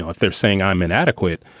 ah if they're saying i'm inadequate,